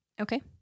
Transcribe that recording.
Okay